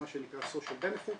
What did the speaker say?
מה שנקרא social benefits,